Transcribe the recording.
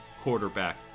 quarterback